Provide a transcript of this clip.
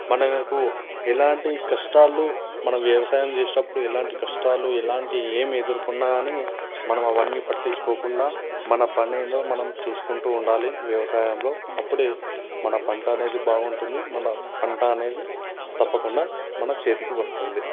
మనకు ఎలాంటి కష్టాలు మన వ్యవసాయం చేసినప్పుడు ఎలాంటి కష్టాలు ఎలాంటి ఎం ఎదుర్కున్నా గానీ మనమవన్నీ పట్టించుకోకుండా మన పనేందో మనం చూసుకుంటూ ఉండాలి వ్యవసాయంలో అప్పుడే మన పంటనేది బాగుంటుంది మన పంట అనేది తప్పకుండా మన చేతికి వస్తుంది